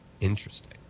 Interesting